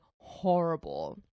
horrible